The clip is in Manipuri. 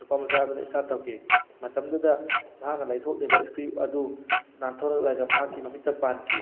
ꯅꯨꯄꯥ ꯃꯆꯥ ꯑꯗꯨꯅ ꯏꯁꯇꯥꯠ ꯇꯧꯈꯤ ꯃꯇꯝꯗꯨꯗ ꯃꯍꯥꯛꯅ ꯂꯩꯊꯣꯛꯂꯤꯕ ꯏꯁꯀ꯭ꯔꯤꯌꯨ ꯑꯗꯨ ꯅꯥꯟꯊꯣꯔꯛꯂꯒ ꯃꯍꯥꯛꯀꯤ ꯃꯃꯤꯠꯇ ꯄꯥꯟꯈꯤ